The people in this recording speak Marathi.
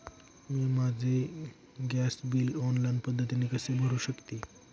मी माझे गॅस बिल ऑनलाईन पद्धतीने कसे भरु शकते?